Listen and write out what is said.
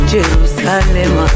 Jerusalem